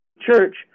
church